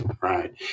Right